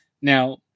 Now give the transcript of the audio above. Now